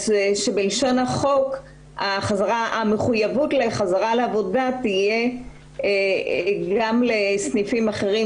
בלשון החוק המחויבות לחזרה לעבודה תהיה גם לסניפים אחרים